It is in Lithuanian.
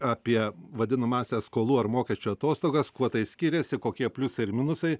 apie vadinamąsias skolų ar mokesčių atostogas kuo tai skiriasi kokie pliusai ir minusai